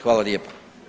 Hvala lijepa.